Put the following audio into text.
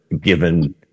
given